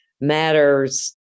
matters